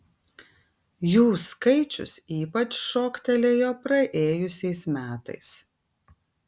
jų skaičius ypač šoktelėjo praėjusiais metais